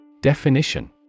Definition